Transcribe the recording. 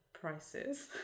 prices